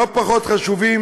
לא פחות חשובים,